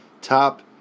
top